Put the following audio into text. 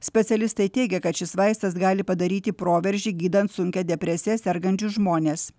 specialistai teigia kad šis vaistas gali padaryti proveržį gydant sunkia depresija sergančius žmones